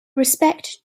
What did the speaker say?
respect